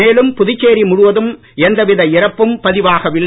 மேலும் புதுச்சேரி முழுவதும் எந்தவித இறப்பும் பதிவாகவில்லை